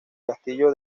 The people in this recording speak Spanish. castillo